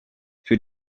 für